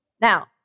Now